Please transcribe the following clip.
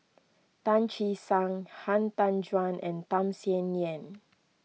Tan Che Sang Han Tan Juan and Tham Sien Yen